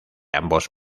ambos